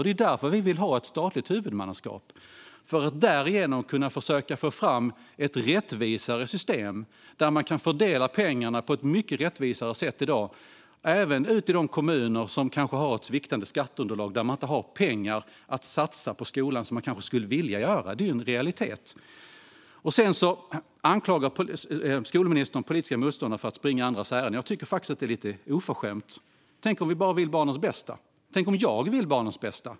Det är därför vi vill ha ett statligt huvudmannaskap, för att därigenom försöka få fram ett rättvisare system där man kan fördela pengarna på ett mycket rättvisare sätt än i dag - även ute i de kommuner som har ett sviktande skatteunderlag och som inte har de pengar att satsa på skolan som de kanske skulle vilja ha. Det är ju en realitet. Skolministern anklagar politiska motståndare för att springa andras ärenden. Jag tycker faktiskt att det är lite oförskämt. Tänk om vi bara vill barnens bästa! Tänk om jag vill barnens bästa!